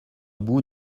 bout